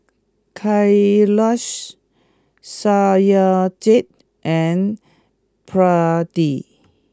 Kailash Satyajit and Pradip